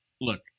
Look